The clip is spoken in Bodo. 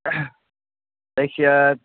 जायखिजाया